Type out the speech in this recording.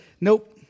Nope